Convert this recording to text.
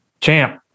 Champ